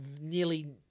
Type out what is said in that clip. nearly